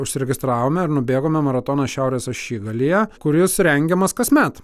užsiregistravome ir nubėgome maratoną šiaurės ašigalyje kuris rengiamas kasmet